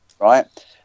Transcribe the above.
Right